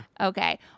Okay